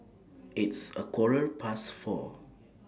its A Quarter Past four